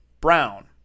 Brown